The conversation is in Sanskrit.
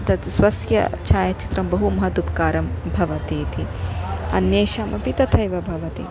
तत् स्वस्य छायाचित्रं बहु महदुपकारं भवति इति अन्येषामपि तथैव भवति